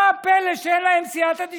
מה הפלא שאין להם סייעתא דשמיא?